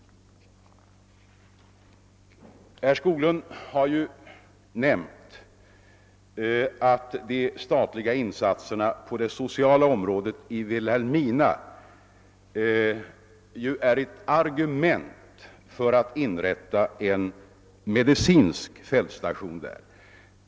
Herr Skoglund har ju nämnt att de statliga insatserna på det sociala området i Vilhelmina är ett argument för att inrätta en medicinsk fältstation där.